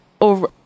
over